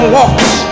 walks